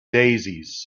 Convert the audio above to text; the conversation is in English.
daisies